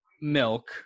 milk